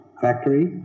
factory